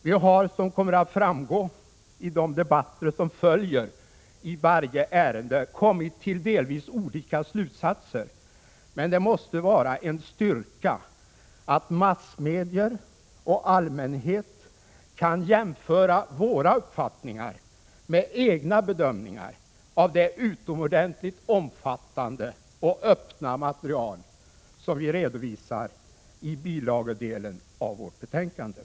Vi har dock, som kommer att framgå i de debatter som följer i varje ärende, kommit till delvis olika slutsatser. Men det måste vara en styrka att massmedier och allmänhet kan jämföra våra uppfattningar med egna bedömningar av det utomordentligt omfattande och öppna material som vi redovisar i bilagedelen av vårt betänkande.